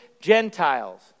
Gentiles